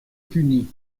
punis